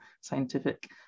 scientific